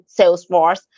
Salesforce